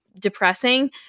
depressing